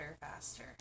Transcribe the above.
faster